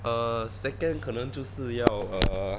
err second 可能就是要 err